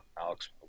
Alex